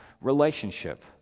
relationship